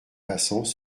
façons